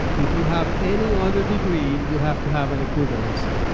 if you have any other degree, you have to have an equivalency.